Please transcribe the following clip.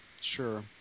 Sure